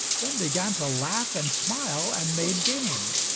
then began to laugh and smile and made game.